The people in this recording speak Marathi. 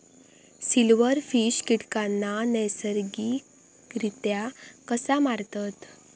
सिल्व्हरफिश कीटकांना नैसर्गिकरित्या कसा मारतत?